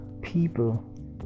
people